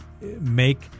make